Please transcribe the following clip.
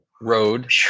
road